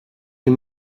you